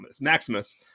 Maximus